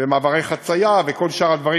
מעברי חצייה וכל שאר הדברים,